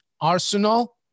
Arsenal